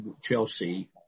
Chelsea